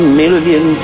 million